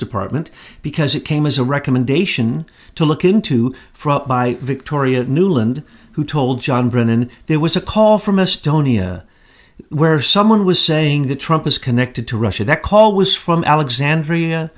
department because it came as a recommendation to look into for up by victoria nuland who told john brennan there was a call from a stone where someone was saying that trump was connected to russia that call was from alexandria